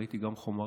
ראיתי גם חומרים.